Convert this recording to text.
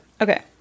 Okay